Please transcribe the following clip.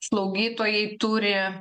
slaugytojai turi